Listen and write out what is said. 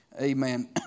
Amen